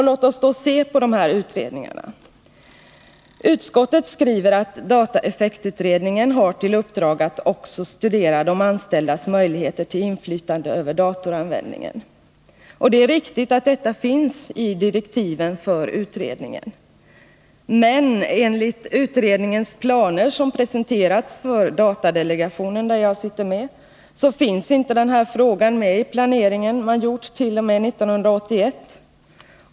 Låt oss då se på dessa utredningar. Utskottet skriver att dataeffektutredningen har till uppdrag att också studera de anställdas möjligheter till inflytande över datoranvändningen. Det är riktigt att detta finns i direktiven för utredningen. Men enligt utredningens planer, som presenterats för datadelegationen, där jag sitter med, så finns inte denna fråga med i den planering man gjort t.o.m. 1981.